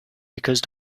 because